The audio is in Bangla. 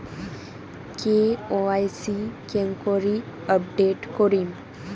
কে.ওয়াই.সি কেঙ্গকরি আপডেট করিম?